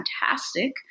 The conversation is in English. fantastic